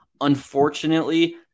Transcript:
Unfortunately